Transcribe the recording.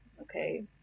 Okay